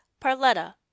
Parletta